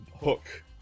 hook